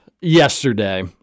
yesterday